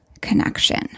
connection